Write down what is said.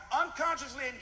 unconsciously